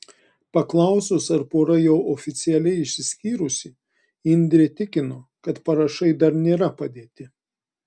paklausus ar pora jau oficialiai išsiskyrusi indrė tikino kad parašai dar nėra padėti